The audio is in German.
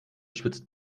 schwitzt